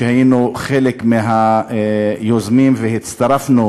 שהיינו מהיוזמים והצטרפנו